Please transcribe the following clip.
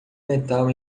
metal